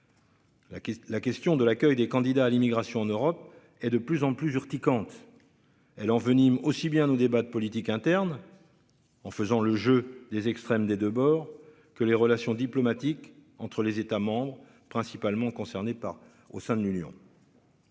la question de l'accueil des candidats à l'immigration en Europe et de plus en plus urticantes. Elle envenime aussi bien au débat de politique interne. En faisant le jeu des extrêmes des 2 bords que les relations diplomatiques entre les États principalement concernés pas au sein de l'Union.